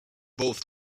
both